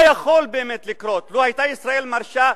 מה היה יכול באמת לקרות לו היתה ישראל מרשה?